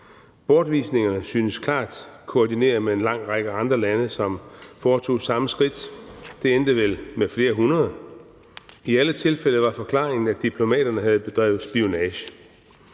Bortvisningerne synes klart koordineret med en lang række andre lande, som tog samme skridt. Det endte vel med flere hundrede. I alle tilfælde var forklaringen, at diplomaterne havde bedrevet spionage.